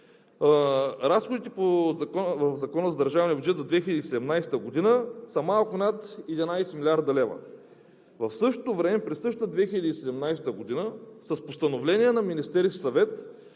Разходите в Закона за държавния бюджет за 2017 г. са малко над 11 млрд. лв. В същото време през същата 2017 г. с постановление на Министерския съвет